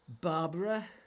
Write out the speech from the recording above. Barbara